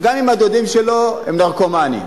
גם אם הדודים שלו הם נרקומנים,